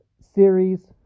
series